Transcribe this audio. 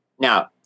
now